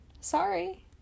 Sorry